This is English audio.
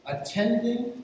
attending